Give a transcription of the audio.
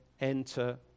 enter